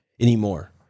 anymore